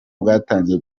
bwatangiye